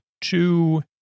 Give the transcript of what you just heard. two